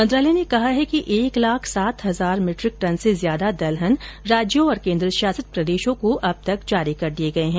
मंत्रालय ने कहा है कि एक लाख सात हजार मीट्रिक टन से ज्यादा दलहन राज्यों और केन्द्रशासित प्रदेशों को अब तक जारी कर दी गयी है